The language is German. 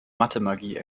mathemagie